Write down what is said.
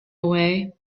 away